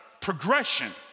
progression